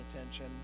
attention